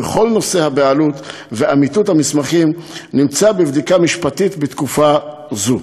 וכל נושא הבעלות ואמיתות המסמכים נמצא בבדיקה משפטית בתקופה זו.